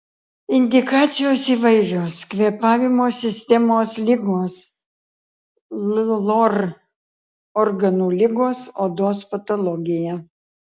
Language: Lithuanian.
indikacijos įvairios kvėpavimo sistemos ligos lor organų ligos odos patologija